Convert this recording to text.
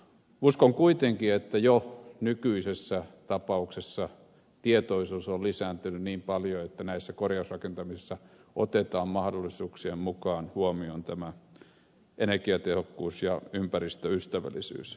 uskon kuitenkin että jo nykyisessä tapauksessa tietoisuus on lisääntynyt niin paljon että näissä korjausrakentamisissa otetaan mahdollisuuksien mukaan huomioon tämä energiatehokkuus ja ympäristöystävällisyys